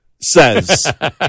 says